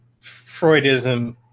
Freudism